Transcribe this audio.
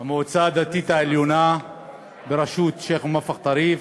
המועצה הדתית העליונה בראשות שיח' מואפק טריף,